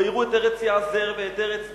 ויראו את ארץ יעזר ואת ארץ גלעד,